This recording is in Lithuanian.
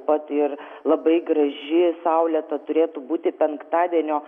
vat ir labai graži saulėta turėtų būti penktadienio